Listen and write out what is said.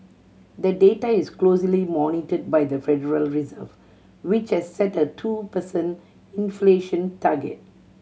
the data is closely monitored by the Federal Reserve which has set a two per cent inflation target